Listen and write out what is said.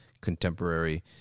contemporary